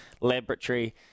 laboratory